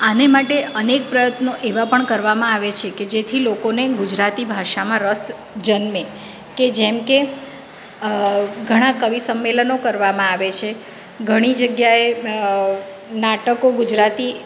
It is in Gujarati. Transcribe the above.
આને માટે અનેક પ્રયત્નો એવા પણ કરવામાં આવે છે કે જેથી લોકોને ગુજરાતી ભાષામાં રસ જન્મે કે જેમકે ઘણા કવિ સંમેલનો કરવામાં આવે છે ઘણી જગ્યાએ નાટકો ગુજરાતી